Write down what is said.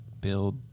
build